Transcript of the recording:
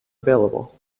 available